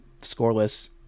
scoreless